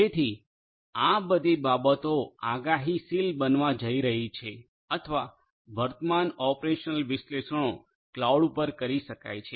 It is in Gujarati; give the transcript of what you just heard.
જેથી આ બધી બાબતો આગાહીશીલ બનવા જઈ રહી છે અથવા વર્તમાન ઓપરેશનલ વિશ્લેષણો ક્લાઉડ પર કરી શકાય છે